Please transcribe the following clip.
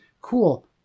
cool